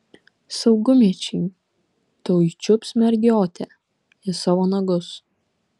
saugumiečiai tuoj čiups mergiotę į savo nagus